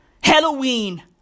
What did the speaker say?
Halloween